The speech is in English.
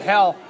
Hell